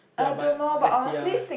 ya but let's see ah